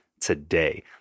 today